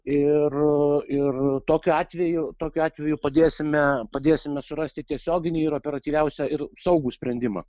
ir ir tokiu atveju tokiu atveju padėsime padėsime surasti tiesioginį ir operatyviausią ir saugų sprendimą